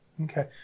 Okay